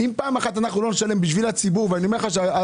אם פעם אחת לא נשלם בשביל הציבור אולי העצמאים